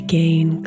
gain